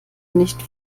nicht